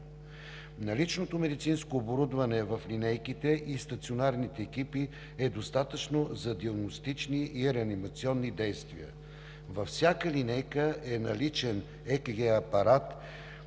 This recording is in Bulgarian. Наличното медицинско оборудване в линейките и стационарните екипи е достатъчно за диагностични и реанимационни действия. Във всяка линейка е наличен ЕКГ апарат,